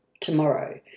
tomorrow